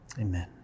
amen